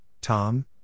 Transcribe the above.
Tom